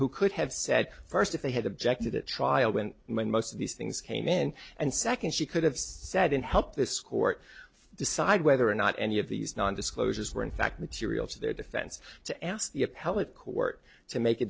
who could have said first if they had objected at trial when when most of these things came in and second she could have said and help this court decide whether or not any of these non disclosures were in fact material to their defense to ask the appellate court to make a